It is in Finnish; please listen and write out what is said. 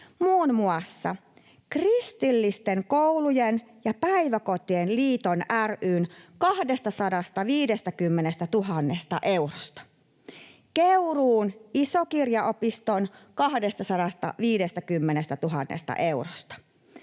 muun muassa Kristillisten koulujen ja päiväkotien liitto ry:n 250 000 eurosta, Keuruun Iso Kirja ‑opiston 250 000 eurosta,